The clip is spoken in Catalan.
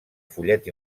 fullet